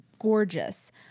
gorgeous